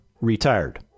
retired